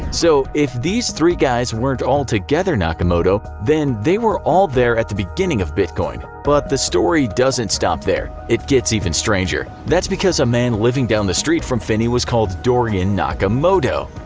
so, if these three guys weren't all together nakamoto, then they were all there at the beginning of bitcoin. but the story doesn't stop there. it gets even stranger. that's because a man living down the street from finney was called dorian nakamoto.